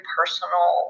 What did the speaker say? personal